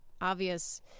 obvious